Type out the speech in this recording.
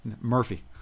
Murphy